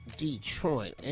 Detroit